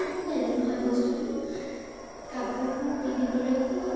একো বেলেগ নহয় বস্তুটো কাপোৰটো পিন্ধিবলৈ খুব